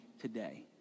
today